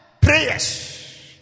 prayers